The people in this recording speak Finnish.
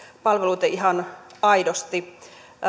ihan aidosti